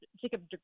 Jacob